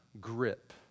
grip